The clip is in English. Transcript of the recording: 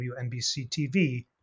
WNBC-TV